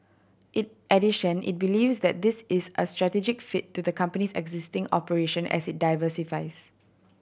in addition it believes that this is a strategic fit to the company's existing operation as it diversifies